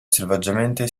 selvaggiamente